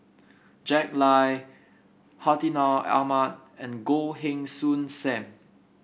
Jack Lai Hartinah Ahmad and Goh Heng Soon Sam